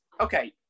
okay